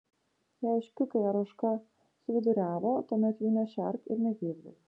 jei ožkiukai ar ožka suviduriavo tuomet jų nešerk ir negirdyk